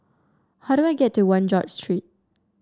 how do I get to One George Street